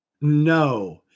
No